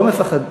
לא,